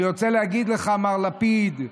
אני רוצה להגיד לך, מר לפיד: